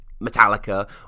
metallica